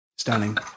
Stunning